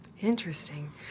Interesting